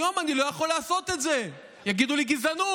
היום אני לא יכול לעשות את זה, יגידו לי "גזענות".